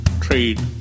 trade